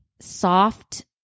soft